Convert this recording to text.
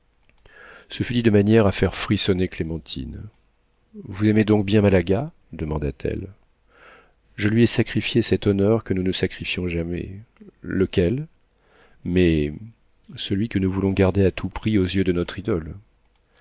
ce fut dit de manière à faire frissonner clémentine vous aimez donc bien malaga demanda-t-elle je lui ai sacrifié cet honneur que nous ne sacrifions jamais lequel mais celui que nous voulons garder à tout prix aux yeux de notre idole